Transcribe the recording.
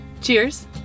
Cheers